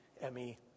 Emmy